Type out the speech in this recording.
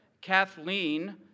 Kathleen